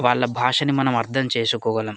వాళ్ళ భాషని మనం అర్థం చేసుకోగలం